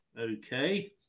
Okay